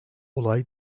olay